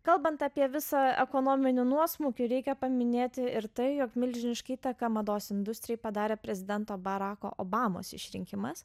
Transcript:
kalbant apie visą ekonominį nuosmukį reikia paminėti ir tai jog milžinišką įtaką mados industrijai padarė prezidento barako obamos išrinkimas